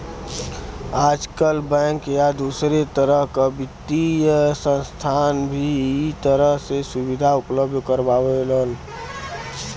आजकल बैंक या दूसरे तरह क वित्तीय संस्थान भी इ तरह क सुविधा उपलब्ध करावेलन